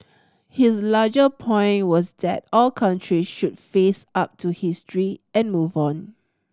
his larger point was that all country should face up to history and move on